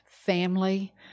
family